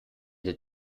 der